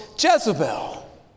Jezebel